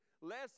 Less